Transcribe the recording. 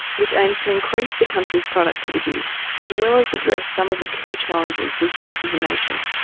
which aims to increase the country's productivity as well as address some of the key challenges we face as a nation.